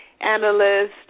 analyst